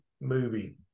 movie